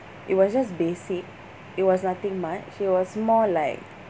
it was just basic it was nothing much it was more like